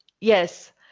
Yes